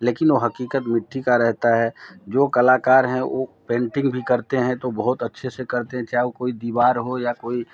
लेकिन ओ हक़ीक़त मिट्टी का रहता है जो कलाकार हैं वो पेंटिंग भी करते हैं तो बहुत अच्छे से करते हैं चाहे वो कोई दीवार हो या कोई